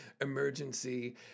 emergency